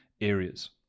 areas